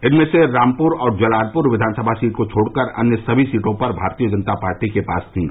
इनमें से रामपुर और जलालपुर विधान सभा सीट को छोड़कर अन्य सभी सीटें भारतीय जनता पार्टी के पास थीं